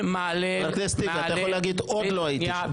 חבר הכנסת טיבי, אתה יכול להגיד: עוד לא הייתי שם.